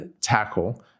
tackle